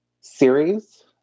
series